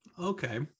okay